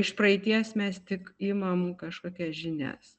iš praeities mes tik imam kažkokias žinias